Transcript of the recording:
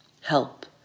Help